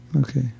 Okay